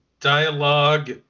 dialogue